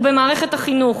ובמערכת החינוך.